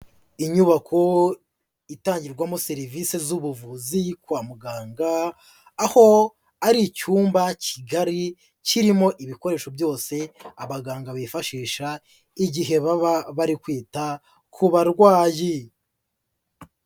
Inyubako itangirwamo serivisi z'ubuvuzi kwa muganga, aho ari icyumba kigari kirimo ibikoresho byose abaganga bifashisha igihe baba bari kwita ku barwayi.